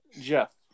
Jeff